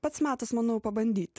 pats metas manau pabandyti